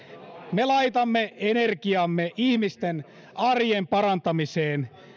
me laitamme energiamme ihmisten arjen parantamiseen